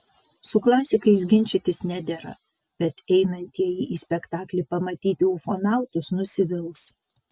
su klasikais ginčytis nedera bet einantieji į spektaklį pamatyti ufonautus nusivils